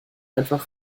einfach